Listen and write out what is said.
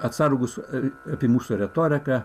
atsargūs apie mūsų retoriką